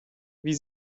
wie